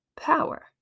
power